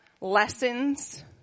lessons